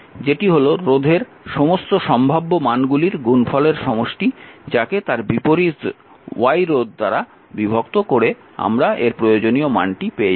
যেটি হল রোধের সমস্ত সম্ভাব্য মানগুলির গুণফলের সমষ্টি যাকে তার বিপরীত Y রোধ দ্বারা বিভক্ত করে আমরা এর প্রয়োজনীয় মানটি পেয়ে যাব